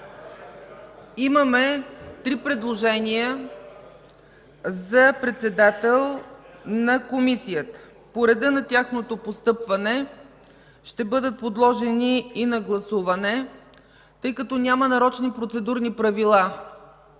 Имаме три предложения за председател на Комисията. По реда на тяхното постъпване ще бъдат подложени и на гласуване, тъй като няма нарочни процедурни правила,